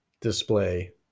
display